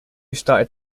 started